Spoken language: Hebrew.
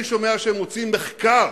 אני שומע שהם מוציאים מחקר,